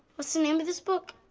what's the name of this book?